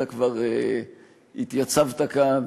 אתה כבר התייצבת כאן,